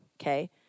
okay